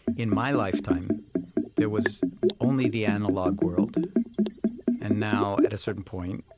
in my lifetime there was only the analog world and now at a certain point,